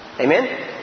Amen